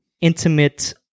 intimate